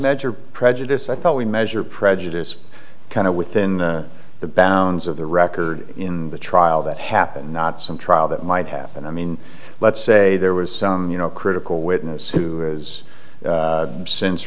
measure prejudice i thought we measure prejudice kind of within the bounds of the record in the trial that happens not some trial that might happen i mean let's say there was some you know critical witness who